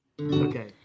Okay